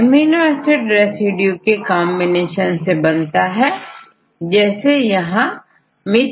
amino acid residual के combination से बनता है जैसे यहां फर्स्ट methionine और दूसराisoleucineहै